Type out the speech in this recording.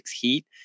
Heat